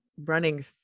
running